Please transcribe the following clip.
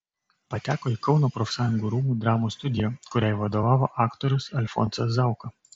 pateko į kauno profsąjungų rūmų dramos studiją kuriai vadovavo aktorius alfonsas zauka